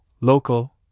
local